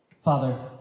Father